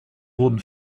wurden